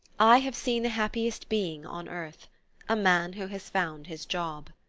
i have seen the happiest being on earth a man who has found his job.